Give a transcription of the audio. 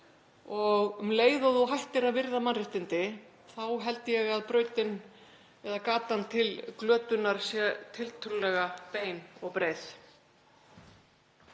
og um leið og þú hættir að virða mannréttindi þá held ég að gatan til glötunar sé tiltölulega bein og breið.